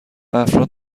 افراد